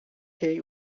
jej